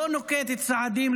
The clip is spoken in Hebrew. לא נוקט צעדים,